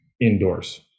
indoors